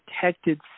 protected